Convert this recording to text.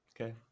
Okay